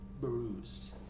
bruised